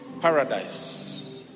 paradise